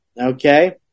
okay